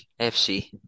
FC